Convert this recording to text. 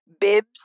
bibs